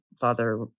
father